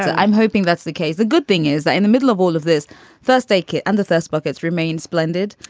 i'm hoping that's the case. the good thing is that in the middle of all of this first aid kit and the first buckets remain splendid,